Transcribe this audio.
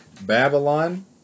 Babylon